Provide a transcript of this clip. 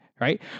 right